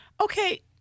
Okay